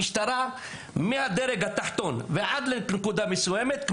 המשטרה מהדרג התחתון ועד לנקודה מסוימת,